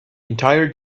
entire